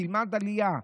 תלמד עלייה,